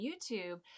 YouTube